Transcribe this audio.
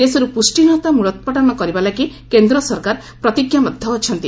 ଦେଶରୁ ପୁଷ୍ଠିହୀନତା ମ୍ମଳୋତ୍ପାଟନ କରିବାଲାଗି କେନ୍ଦ୍ର ସରକାର ପ୍ରତିଜ୍ଞାବଦ୍ଧ ଅଛନ୍ତି